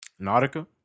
Nautica